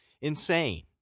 insane